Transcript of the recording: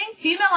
female